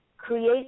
create